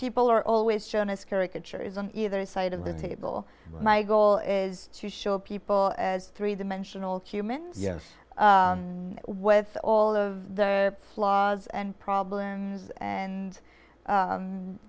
people are always shown as caricature is an either side of the table my goal is to show people as three dimensional cumin yes with all of the flaws and problems and